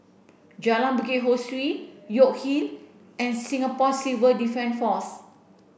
Jalan Bukit Ho Swee York Hill and Singapore Civil Defence Force